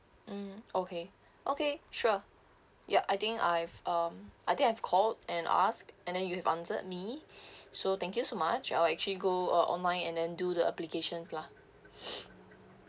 mm okay okay sure yup I think I've um I think I've called and asked and then you'd answered me so thank you so much I'll actually go uh online and then do the applications lah